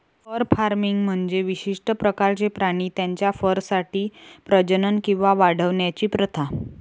fur farming म्हणजे विशिष्ट प्रकारचे प्राणी त्यांच्या फरसाठी प्रजनन किंवा वाढवण्याची प्रथा